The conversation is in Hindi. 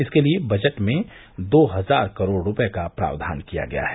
इसके लिए बजट में दो हजार करोड़ रूपये का प्रावधान किया गया है